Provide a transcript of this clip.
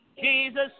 Jesus